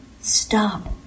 Stop